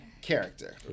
character